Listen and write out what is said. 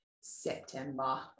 September